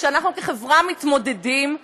שאנחנו כחברה מתמודדים איתן,